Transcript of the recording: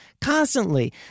constantly